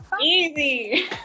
Easy